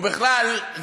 או בכלל,